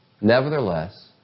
Nevertheless